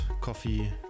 coffee